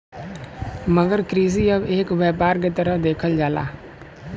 मगर कृषि अब एक व्यापार के तरह देखल जाला